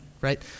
right